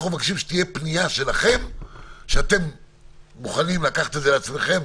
אנחנו מבקשים שתהיה פנייה שלכם שאתם מוכנים לקחת את זה על עצמכם,